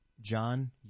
John